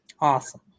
awesome